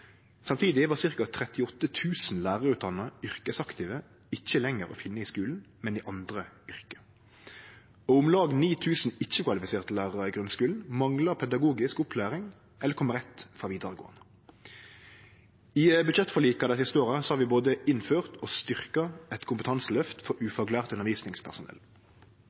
Samtidig var ca. 38 000 lærarutdanna yrkesaktive ikkje lenger å finne i skulen, men i andre yrke. Om lag 9 000 ikkje-kvalifiserte lærarar i grunnskulen mangla pedagogisk opplæring eller kom rett frå vidaregåande. I budsjettforlika dei siste åra har vi både innført og styrkt eit kompetanseløft for